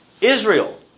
Israel